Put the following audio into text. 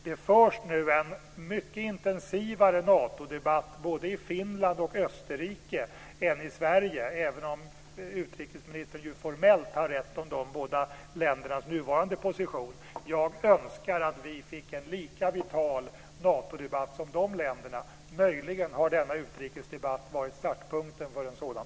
Det förs nu en mycket intensivare Natodebatt i både Finland och Österrike än som är fallet i Sverige, även om utrikesministern formellt har rätt om de båda ländernas nuvarande position. Jag skulle önska att vi fick en lika vital Natodebatt som de länderna. Möjligen har denna utrikesdebatt varit startpunkten för en sådan.